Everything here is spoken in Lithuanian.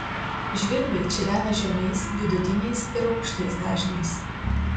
žvirbliai čirena žemais vidutiniais ir aukštais dažniais